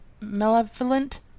malevolent